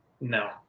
No